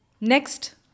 next